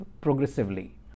progressively